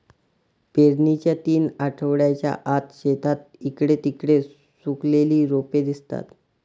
पेरणीच्या तीन आठवड्यांच्या आत, शेतात इकडे तिकडे सुकलेली रोपे दिसतात